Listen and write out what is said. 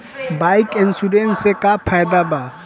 Bike insurance से का फायदा बा?